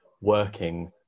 working